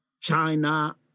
China